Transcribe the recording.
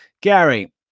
Gary